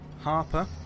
Harper